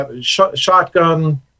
shotgun